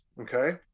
okay